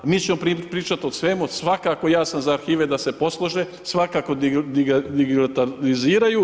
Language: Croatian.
Mi ćemo pričati o svemu, svakako ja sam za arhive da se poslože, svakako digitaliziraju.